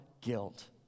guilt